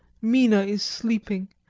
mina is sleeping,